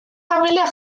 familiak